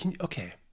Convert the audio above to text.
Okay